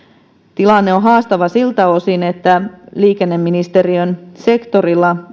tilanne on haastava siltä osin että liikenneministeriön sektorilla